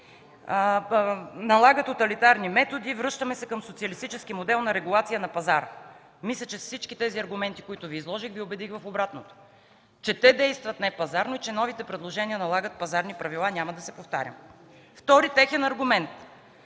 „налага тоталитарни методи, връщаме се към социалистически модел на регулация на пазара”. Мисля, че с всички тези аргументи, които Ви изложих, Ви убедих в обратното – че те действат непазарно, и новите предложения налагат пазарни правила, няма да се повтарям. Втори техен аргумент